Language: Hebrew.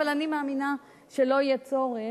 אבל אני מאמינה שלא יהיה צורך,